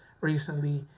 recently